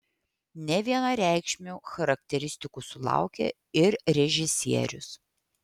nevienareikšmių charakteristikų sulaukė ir režisierius